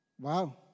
Wow